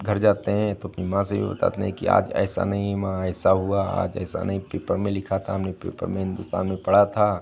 घर जाते हैं तो अपनी माँ से भी बताते हैं कि आज ऐसा नहीं माँ ऐसा हुआ आज ऐसा नहीं पेपर में लिखा था हमने पेपर में हिन्दुस्तान में पढ़ा था